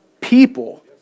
people